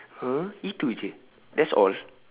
!huh! itu jer that's all